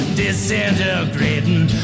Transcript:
disintegrating